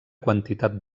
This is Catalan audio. quantitat